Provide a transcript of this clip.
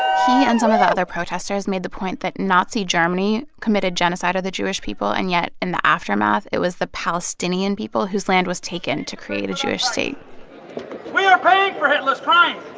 he and some of the other protesters made the point that nazi germany committed genocide of the jewish people, and yet, in the aftermath, it was the palestinian people whose land was taken to create a jewish state we are paying for hitler's crime.